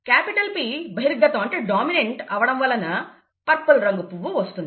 capital P బహిర్గతం అవడం వలన పర్పుల్ రంగు పువ్వు వస్తుంది